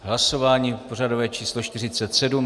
Hlasování pořadové číslo 47.